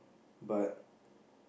but